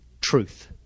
truth